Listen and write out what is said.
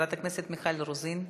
חברת הכנסת מיכל רוזין,